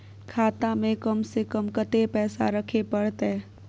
खाता में कम से कम कत्ते पैसा रखे परतै?